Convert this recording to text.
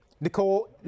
Nicole